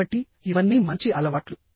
కాబట్టిఇవన్నీ మంచి అలవాట్లు